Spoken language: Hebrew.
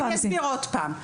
אני אסביר עוד פעם.